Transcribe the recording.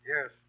Yes